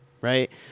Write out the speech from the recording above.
Right